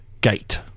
gate